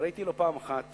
וראיתי לא פעם אחת